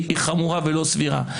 היא חמורה ולא סבירה.